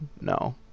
no